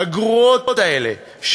הגרועות האלה,